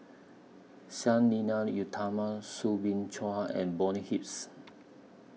Sang Nila Utama Soo Bin Chua and Bonny Hips